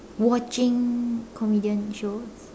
watching comedian show